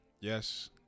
Yes